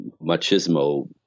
machismo